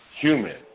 human